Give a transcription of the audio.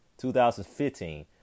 2015